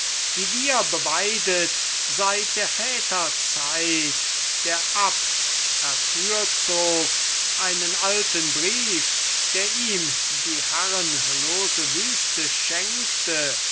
die wir beweidet seit der väter zeit der abt herfürzog einen alten brief der ihm die herrenlose wüste schenkte